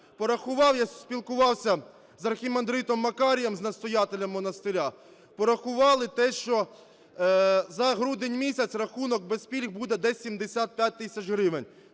я спілкувався з архімандритом Макарієм, з настоятелем монастиря, порахували те, що за грудень місяць рахунок без пільг буде десь 75 тисяч гривень.